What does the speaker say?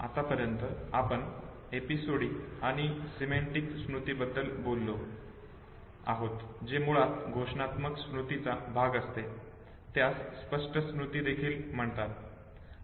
आत्तापर्यंत आपण एपिसोडिक आणि सिमेंटीक स्मृती बद्दल बोललो आहोत जे मुळात घोषणात्मक स्मृतीचा भाग असते त्यास स्पष्ट स्मृती देखील म्हणतात